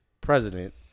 president